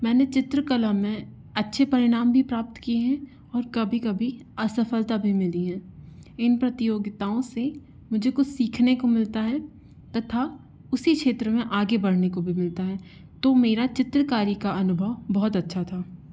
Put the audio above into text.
मैंने चित्रकला में अच्छे परिणाम भी प्राप्त किए हैं और कभी कभी असफलता भी मिली हैं इन प्रतियोगिताओं से मुझे कुछ सीखने को मिलता है तथा उसी क्षेत्र में आगे बढ़ने को भी मिलता है तो मेरा चित्रकारी का अनुभव बहुत अच्छा था